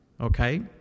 Okay